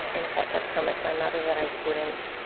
in fact i'd promised my mother that i wouldn't.